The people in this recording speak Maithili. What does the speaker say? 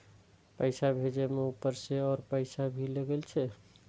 पैसा भेजे में ऊपर से और पैसा भी लगे छै?